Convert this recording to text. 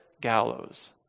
gallows